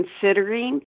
considering